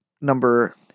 number